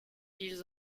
ils